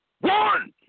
One